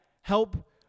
help